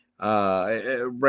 right